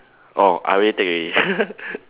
oh I already take already